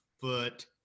foot